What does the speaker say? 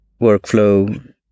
workflow